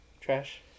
Trash